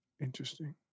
Interesting